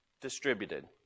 distributed